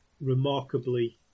remarkably